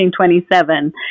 1927